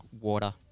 water